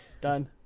Done